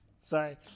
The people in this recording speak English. Sorry